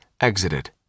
exited